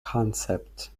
concept